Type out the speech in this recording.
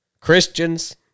Christians